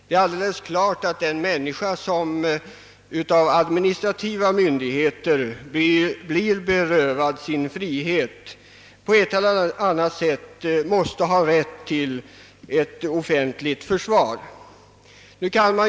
Det är alldeles klart att en människa som av administrativa myndigheter blir berövad sin frihet på ett eller annat sätt bör ha rätt till offentligt försvar.